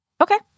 Okay